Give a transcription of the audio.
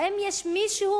האם יש מישהו